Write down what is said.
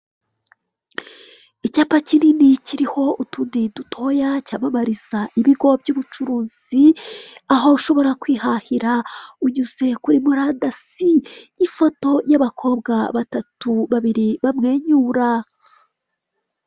Icyapa kinini kiriho utundi dutoya cyamamariza ibigo by'ubucuruzi, aho ushobora kwihahira unyuze kuri murandasi. Ifoto y'abakobwa batatu, babiri bamwenyura.